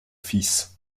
fils